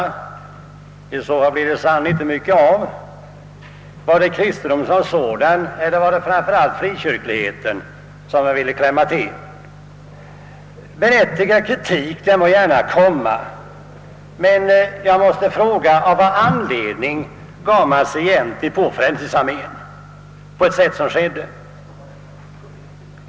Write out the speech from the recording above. I så fall blev det sannerligen inte mycket av detta. Var det kristendomen som sådan eller var det framför allt frikyrkligheten som han ville klämma till? Berättigad kritik må gärna komma, men jag måste fråga av vilken anledning han egentligen gav sig på Frälsningsarmén på det sätt som skedde.